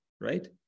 right